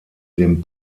dem